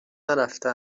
نرفته